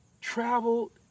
Traveled